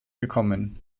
gekommen